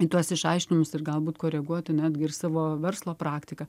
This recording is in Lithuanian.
į tuos išaiškinimus ir galbūt koreguoti netgi ir savo verslo praktiką